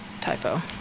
typo